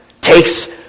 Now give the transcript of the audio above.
Takes